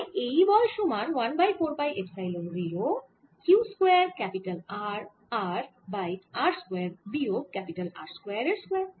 তাই এই বল সমান 1 by 4 pi epsilon 0 q square R r by r square বিয়োগ R স্কয়ার এর স্কয়ার